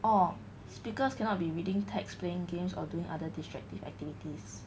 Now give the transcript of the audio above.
oh speakers cannot be reading text playing games or doing other distractive activities